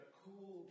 cool